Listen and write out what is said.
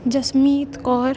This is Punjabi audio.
ਜਸਮੀਤ ਕੌਰ